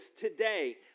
today